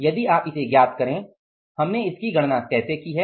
यदि आप इसे ज्ञात करे हमने इसकी गणना कैसे की है